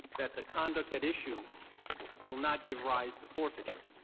that the conduct at issue will not give rise to forfeiture.